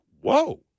whoa